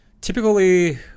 Typically